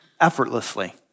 effortlessly